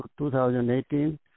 2018